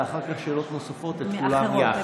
ואחר כך שאלות נוספות את כולם יחד.